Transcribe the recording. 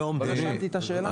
אבל לא שאלתי את השאלה.